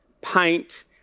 paint